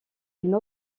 une